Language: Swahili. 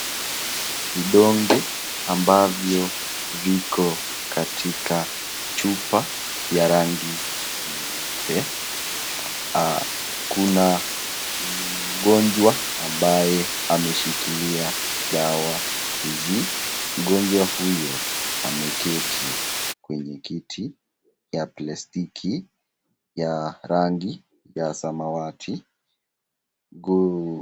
Vidonge ambavyo viko katika chupa ya rangi nyeupe , kuna mgonjwa ambaye ameshikilia dawa hizi, mgonjwa huyu ameketi kwenye kiti ya plastiki ya rangi ya samawati huku...